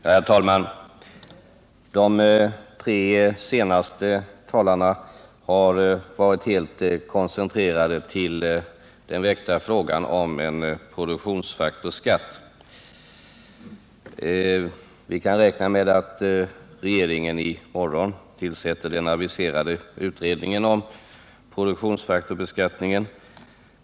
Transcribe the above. Herr talman! De tre senaste talarna har varit helt koncentrerade till den väckta frågan om en produktionsfaktorsskatt. Vi kan räkna med att regeringen i morgon tillsätter den aviserade utredningen om produktionsfaktorsbeskattning.